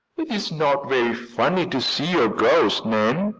it's not very funny to see a ghost, nan,